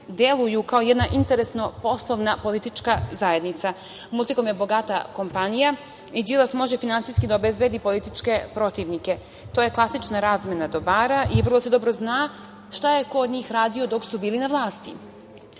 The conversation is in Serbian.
deluju kao jedna interesno poslovna politička zajednica. „Multikom“ je bogata kompanija i Đilas može finansijski da obezbedi političke protivnike. To je klasična razmena dobara. Vrlo se dobro zna šta je ko od njih radio dok su bili na vlasti,